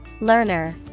Learner